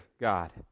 God